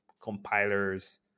compilers